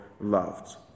loved